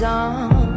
on